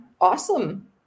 Awesome